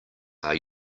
are